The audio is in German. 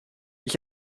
ich